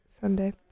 Sunday